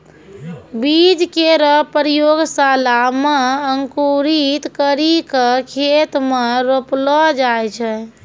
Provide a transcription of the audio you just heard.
बीज केरो प्रयोगशाला म अंकुरित करि क खेत म रोपलो जाय छै